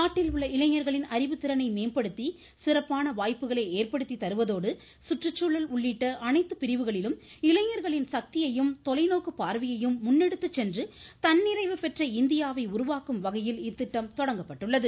நாட்டில் உள்ள இளைஞர்களின் அறிவுத்திறனை மேம்படுத்தி சிறப்பான வாய்ப்புகளை ஏற்படுத்தி தருவதோடு சுற்றுச்சூழல் உள்ளிட்ட அனைத்து பிரிவுகளிலும் இளைஞர்களின் சக்தியையும் தொலைநோக்கு பார்வையையும் முன்னெடுத்துச்சென்று தன்னிறைவு இந்தியாவை உருவாக்கும் வகையில் இத்திட்டம் தொடங்கப்பட்டுள்ளது